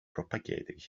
propagated